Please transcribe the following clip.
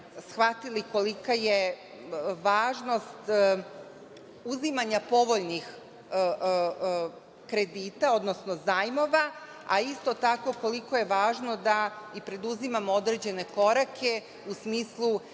shvatili kolika je važnost uzimanja povoljnih kredita, odnosno zajmova, a isto tako koliko je važno da i preduzimamo određene korake u smislu